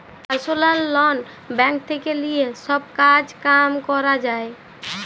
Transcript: personal loan bank থেক্যে লিয়ে সব কাজ কাম ক্যরা যায়